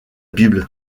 bible